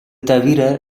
தவிர